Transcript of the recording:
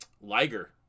Liger